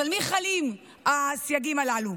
אז על מי חלים הסייגים הללו?